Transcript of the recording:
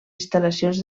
instal·lacions